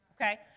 Okay